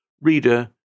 reader